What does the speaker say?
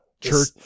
church